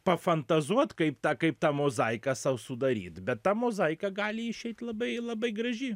pafantazuot kaip tą kaip tą mozaiką sau sudaryt bet ta mozaika gali išeit labai labai graži